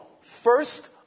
First